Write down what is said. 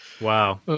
Wow